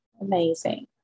amazing